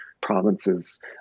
provinces